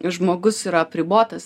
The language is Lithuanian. žmogus yra apribotas